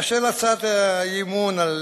באשר להצעת האי-אמון על